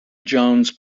jones